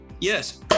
yes